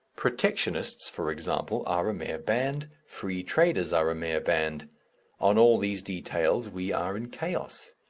protectionists, for example, are a mere band, free traders are a mere band on all these details we are in chaos.